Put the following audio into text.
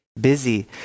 busy